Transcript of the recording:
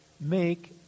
make